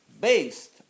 based